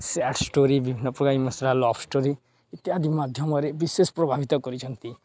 sad story ବିଭିନ୍ନପ୍ରକାର emotional love story ଇତ୍ୟାଦି ମାଧ୍ୟମରେ ବିଶେଷ ପ୍ରଭାବିତ କରିଛନ୍ତି